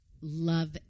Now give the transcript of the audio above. love